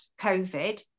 COVID